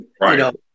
Right